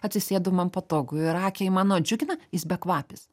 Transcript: atsisėdu man patogu ir akiai mano džiugina jis bekvapis